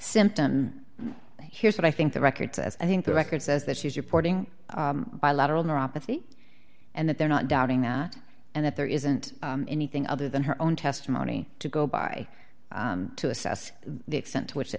symptom here's what i think the record says i think the record says that she's reporting bilateral neuropathy and that they're not doubting that and that there isn't anything other than her own testimony to go by to assess the extent to which